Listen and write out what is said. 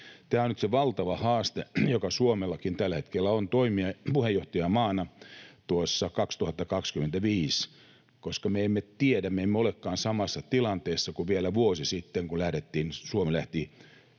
Tämä on nyt se valtava haaste, joka Suomellakin tällä hetkellä on puheenjohtajamaana 2025, koska me emme tiedä, me emme olekaan samassa tilanteessa kuin vielä vuosi sitten, kun Suomi lähti